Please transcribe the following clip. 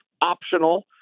optional